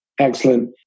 Excellent